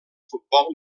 futbol